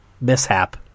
mishap